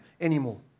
anymore